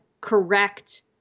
correct